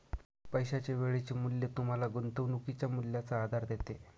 पैशाचे वेळेचे मूल्य तुम्हाला गुंतवणुकीच्या मूल्याचा आधार देते